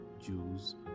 Jews